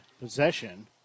possession